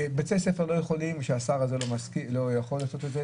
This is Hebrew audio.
בתי ספר לא יכולים מפני שהשר הזה לא יכול לעשות את זה,